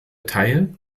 teil